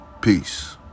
Peace